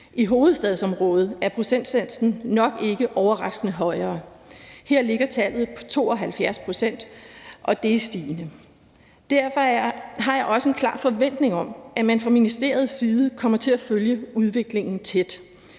I hovedstadsområdet er procentsatsen nok ikke overraskende højere. Her ligger tallet på 72 pct., og det er stigende. Derfor har jeg også en klar forventning om, at man fra ministeriets side kommer til at følge udviklingen tæt,